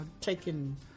taking